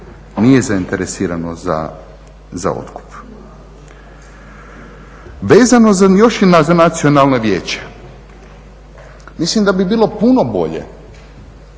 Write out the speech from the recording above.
nije zainteresirano za otkup. Vezano još i za nacionalno vijeće, mislim da bi bilo puno bolje